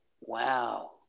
Wow